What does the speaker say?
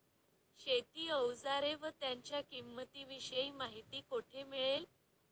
शेती औजारे व त्यांच्या किंमतीविषयी माहिती कोठे मिळेल?